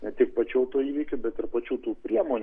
ne tik pačių autoįvykių bet ir pačių tų priemonių